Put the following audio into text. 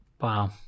Wow